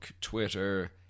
Twitter